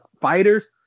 fighters